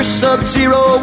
sub-zero